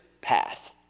path